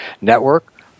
Network